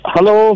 Hello